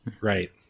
Right